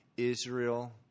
Israel